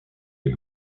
les